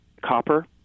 copper